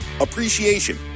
appreciation